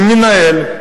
עם מנהל,